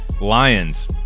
Lions